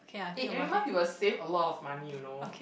eh every month you will save a lot of money you know